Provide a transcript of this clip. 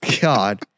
God